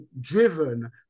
driven